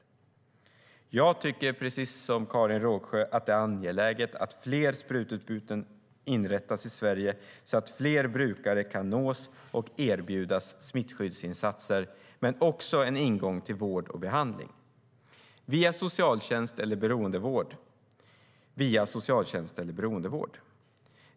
Jag tycker precis som Karin Rågsjö att det är angeläget att fler sprututbytesverksamheter inrättas i Sverige, så att fler brukare kan nås och erbjudas smittskyddsinsatser. Det kan också vara en ingång till vård och behandling, via socialtjänst eller beroendevård.